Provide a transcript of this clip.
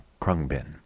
krungbin